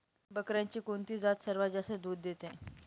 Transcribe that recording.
बकऱ्यांची कोणती जात सर्वात जास्त दूध देते?